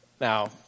Now